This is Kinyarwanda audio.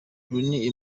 ronnie